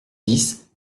dix